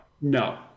no